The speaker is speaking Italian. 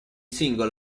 singolo